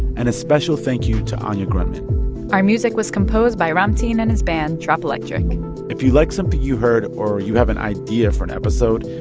and a special thank you to anya grundmann our music was composed by ramtin and his band drop electric if you like something you heard or you have an idea for an episode,